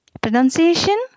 pronunciation